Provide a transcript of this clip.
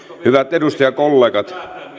hyvät edustajakollegat